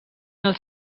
els